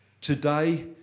Today